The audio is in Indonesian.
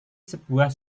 sebuah